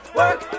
work